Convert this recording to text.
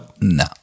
no